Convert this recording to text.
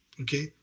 Okay